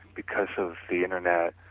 because of the internet,